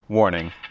Warning